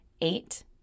Eight